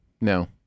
no